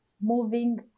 moving